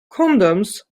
condoms